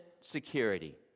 security